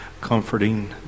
comforting